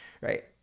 Right